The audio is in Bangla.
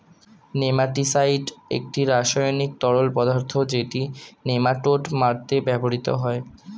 নেমাটিসাইড একটি রাসায়নিক তরল পদার্থ যেটি নেমাটোড মারতে ব্যবহৃত হয়